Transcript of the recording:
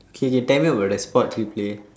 K K tell me about the sports you play